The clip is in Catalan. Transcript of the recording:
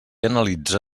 analitza